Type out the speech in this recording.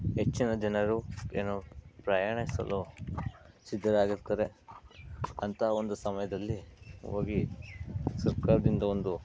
ಹೆಚ್ಚಿನ ಜನರು ಏನು ಪ್ರಯಾಣಿಸಲು ಸಿದ್ಧರಾಗಿರ್ತಾರೆ ಅಂತ ಒಂದು ಸಮಯದಲ್ಲಿ ಹೋಗಿ ಸರ್ಕಾರದಿಂದ ಒಂದು